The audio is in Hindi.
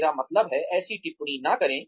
मेरा मतलब है ऐसी टिप्पणी न करें